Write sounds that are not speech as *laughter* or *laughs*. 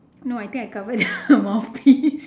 no I think I covered *laughs* the mouthpiece